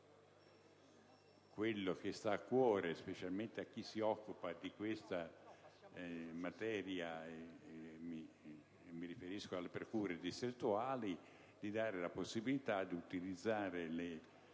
- ciò che sta a cuore specie a chi si occupa di questa materia (mi riferisco alle procure distrettuali) - dando la possibilità di utilizzare le